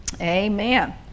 amen